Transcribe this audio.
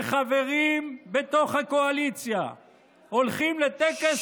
וחברים בתוך הקואליציה הולכים לטקס